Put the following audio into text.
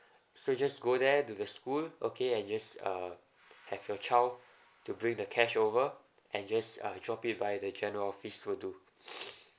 so just go there to the school okay and just uh have your child to bring the cash over and just uh drop in by the general office will do